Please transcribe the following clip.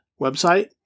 website